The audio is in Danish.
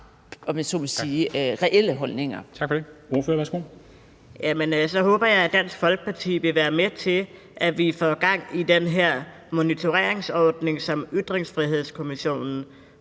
Ordføreren, værsgo. Kl. 11:07 Kristian Hegaard (RV): Så håber jeg, at Dansk Folkeparti vil være med til at få gang i den her monitoreringsordning, som Ytringsfrihedskommissionen